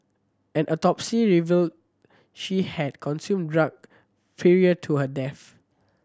an autopsy revealed she had consumed drug prior to her death